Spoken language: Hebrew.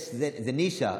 זה נישה.